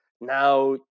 Now